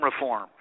reform